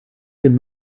can